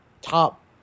top